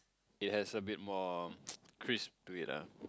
it has a bit more crisp to it ah